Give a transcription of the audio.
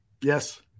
Yes